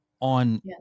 on